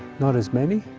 not as many.